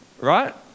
right